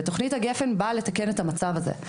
ותוכנית גפ"ן באה לתקן את המצב הזה.